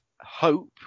hope